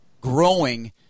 growing